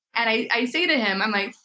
and i i say to him, i'm like,